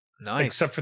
Nice